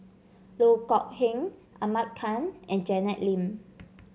Loh Kok Heng Ahmad Khan and Janet Lim